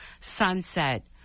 sunset